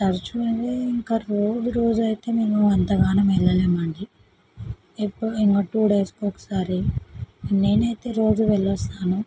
తరచుగా అయితే ఇంకా రోజురోజు అయితే మేము అంతగాని వెళ్ళలేము అండి ఎప్పుడు వన్ ఆర్ టూడేస్కి ఒకసారి నేనైతే రోజూ వెళ్ళొస్తాను